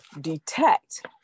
detect